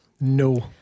no